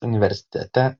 universitete